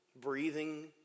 breathing